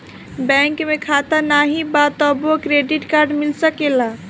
Bank में खाता नाही बा तबो क्रेडिट कार्ड मिल सकेला?